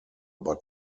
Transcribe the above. but